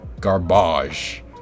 garbage